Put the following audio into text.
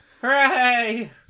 Hooray